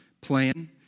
plan